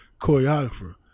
choreographer